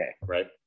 Right